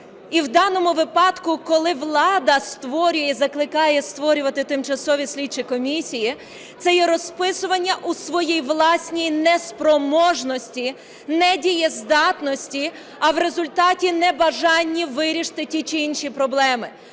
І в даному випадку, коли влада створює і закликає створювати тимчасові слідчі комісії – це є розписування у своїй власній неспроможності, недієздатності, а в результаті – небажанні вирішити ті чи інші проблеми.